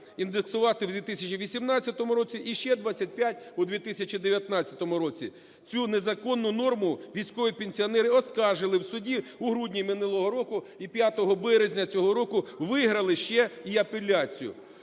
індексувати в 2018 році і ще 25 – у 2019 році. Цю незаконну норму військові пенсіонери оскаржили в суді у грудні минулого року і 5 березня цього року виграли ще і апеляцію.